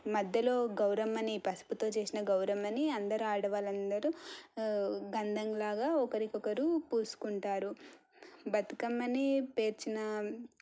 మధ్యలో గౌరమ్మని పసుపుతో చేసిన గౌరమ్మని అందరు ఆడవాళ్ళు అందరూ గంధంలాగా ఒకరికొకరు పూసుకుంటారు బతుకమ్మని పేర్చిన